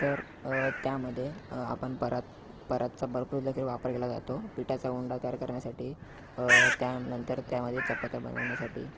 तर त्यामध्ये आपण परात परातीचा भरपूरदेखील वापर केला जातो पिठाचा उंडा तयार करण्यासाठी त्यानंतर त्यामध्ये चपात्या बनवण्यासाठी